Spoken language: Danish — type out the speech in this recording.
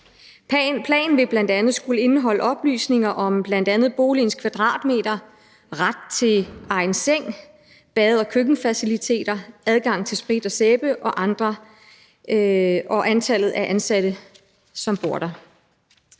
Planen vil bl.a. skulle indeholde oplysninger om bl.a. boligens antal kvadratmeter, ret til egen seng, bade- og køkkenfaciliteter, adgang til sprit og sæbe og antallet af ansatte, som bor der.